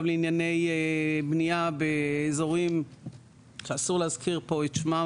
לענייני בנייה באזורים שאסור להזכיר פה את שמם